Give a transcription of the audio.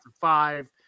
five